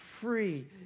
free